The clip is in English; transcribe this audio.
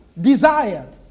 desire